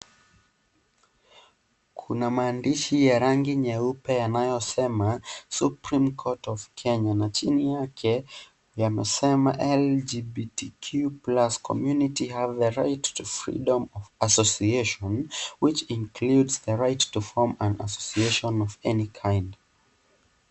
Kuna maandishi ya rangi nyeupe yanayosema Supreme Court of Kenya na chini yake yamesema LGBTQ+ Community have the Right to Freedom of Association, which includes the right to form an association of any kind .